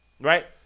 Right